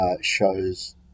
shows